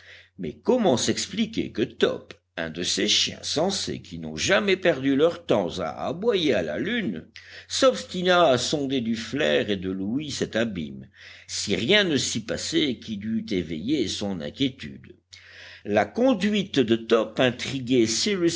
mais comment s'expliquer que top un de ces chiens sensés qui n'ont jamais perdu leur temps à aboyer à la lune s'obstinât à sonder du flair et de l'ouïe cet abîme si rien ne s'y passait qui dût éveiller son inquiétude la conduite de top intriguait